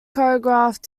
choreographed